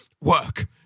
work